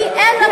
כי אין רצון,